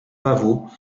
pavot